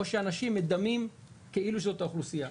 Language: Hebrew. או שאנשים מדמים כאילו שזאת האוכלוסייה.